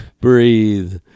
Breathe